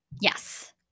Yes